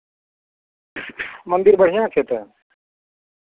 मन्दिर बढ़िआँ छै तऽ